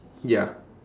ya